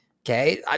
Okay